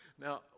Now